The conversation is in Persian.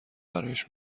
برایش